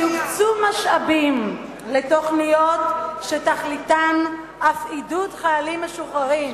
כי יוקצו משאבים לתוכניות שתכליתן אף עידוד חיילים משוחררים,